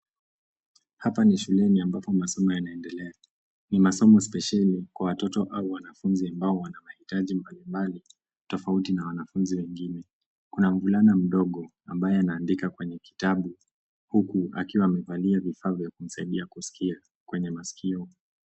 Hapa ni shuleni ambapo masomo yanaendelea. Ni masomo spesheli kwa watoto au wanafunzi ambao wana mahitaji mbalimbali tofauti na wanafunzi wengine . Kuna mvulana mdogo ambaye anaandika kwenye kitabu, huku akiwa amevalia vifaa vya kumsaidia kuskia kwenye maskio.